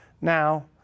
Now